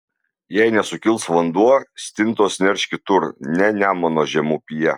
jei nesukils vanduo stintos nerš kitur ne nemuno žemupyje